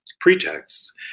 pretexts